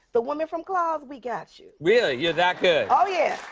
the women from claws, we got you. really? you're that good? oh, yeah.